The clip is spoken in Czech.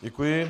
Děkuji.